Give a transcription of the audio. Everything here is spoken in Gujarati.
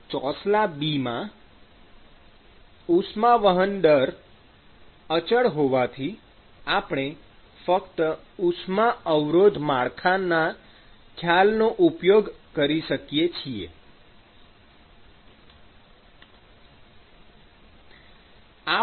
ચોસલા B માં ઉષ્મા વહન દર અચળ હોવાથી આપણે ફક્ત ઉષ્મા અવરોધ માળખા ના ખ્યાલનો ઉપયોગ કરી શકીએ છીએ